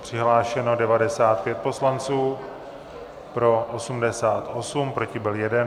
Přihlášeno 95 poslanců, pro 88, proti byl 1.